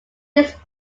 its